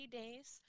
days